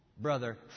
brother